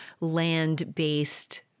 land-based